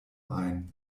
ein